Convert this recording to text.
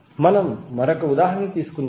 మనం మరొక ఉదాహరణ ను తీసుకుందాం